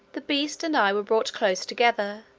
the beast and i were brought close together,